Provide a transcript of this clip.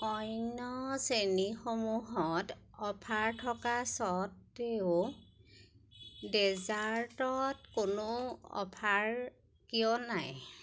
অন্য শ্ৰেণীসমূহত অ'ফাৰ থকা স্বত্তেও ডেজাৰ্টত কোনো অ'ফাৰ কিয় নাই